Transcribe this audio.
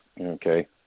Okay